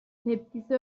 tepkisi